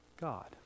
God